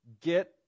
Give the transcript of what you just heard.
get